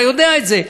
אתה יודע את זה.